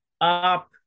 up